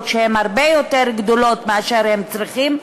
שהן הרבה יותר גדולות ממה שהם צריכים,